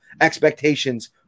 expectations